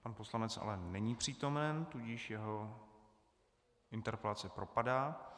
Pan poslanec ale není přítomen, tudíž jeho interpelace propadá.